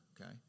Okay